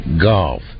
golf